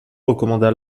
recommanda